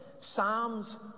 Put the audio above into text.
Psalms